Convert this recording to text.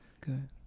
good